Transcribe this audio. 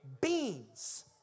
Beans